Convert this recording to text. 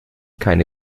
keine